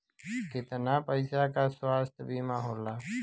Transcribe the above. कितना पैसे का स्वास्थ्य बीमा होला?